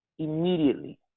immediately